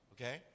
Okay